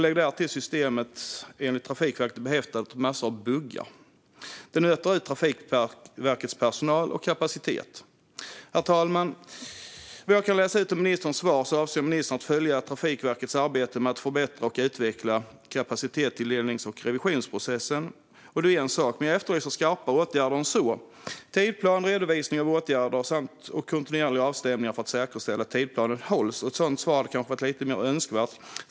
Lägg därtill att systemet enligt Trafikverket är behäftat med massor av buggar. Det nöter ut Trafikverkets personal och kapacitet. Herr talman! Vad jag kan höra av ministerns svar avser ministern att "följa Trafikverkets arbete med att förbättra och utveckla kapacitetstilldelnings och revisionsprocessen", och det är ju en sak, men jag efterlyser skarpare åtgärder än så. Tidsplan, redovisning av åtgärder och kontinuerliga avstämningar för att säkerställa att tidsplanen hålls. Ett sådant svar hade varit lite mer önskvärt.